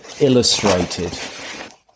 illustrated